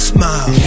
Smile